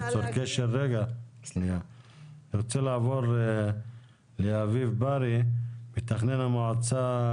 אני רוצה לעבור לאביב בארי, מתכנן המועצה